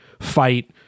fight